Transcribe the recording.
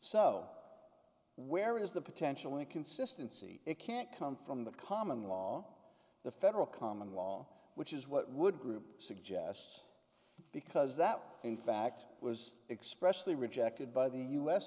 so where is the potential inconsistency it can't come from the common law the federal common law which is what would group suggests because that in fact was expressly rejected by the u